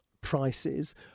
prices